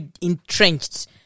entrenched